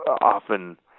often